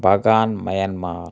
Bagan Myanmar